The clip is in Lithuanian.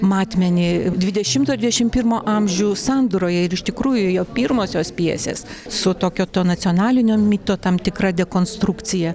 matmenį dvidešimto dvidešimt pirmo amžių sandūroje ir iš tikrųjų jo pirmosios pjesės su tokio to nacionalinio mito tam tikra dekonstrukcija